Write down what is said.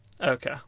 Okay